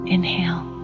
Inhale